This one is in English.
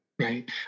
Right